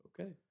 Okay